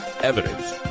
evidence